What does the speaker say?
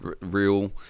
real